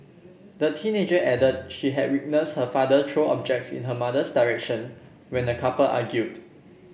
the teenager added she had witnessed her father throw objects in her mother's direction when the couple argued